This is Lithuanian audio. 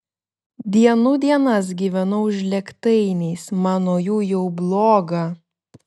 dienų dienas gyvenau žlėgtainiais man nuo jų jau bloga